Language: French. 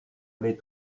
aller